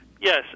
Yes